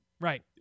Right